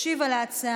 ישיב על ההצעה